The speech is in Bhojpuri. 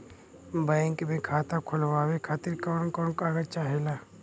बैंक मे खाता खोलवावे खातिर कवन कवन कागज चाहेला?